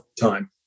time